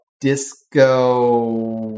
Disco